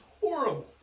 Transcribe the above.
horrible